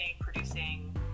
producing